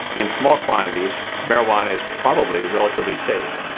in small quantities, marijuana is probably relatively safe.